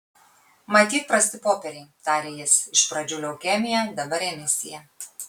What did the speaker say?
matyt prasti popieriai tarė jis iš pradžių leukemija dabar remisija